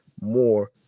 more